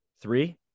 Three